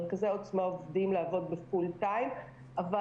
מרכזי העוצמה עוברים לעבוד במתכונת מלאה,